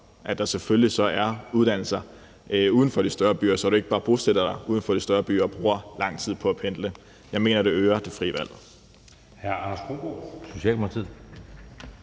at der selvfølgelig så er uddannelser uden for de større byer, så du ikke bare bosætter dig uden for de større byer og bruger lang tid på at pendle. Jeg mener, det øger det frie valg.